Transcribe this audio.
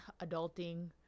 adulting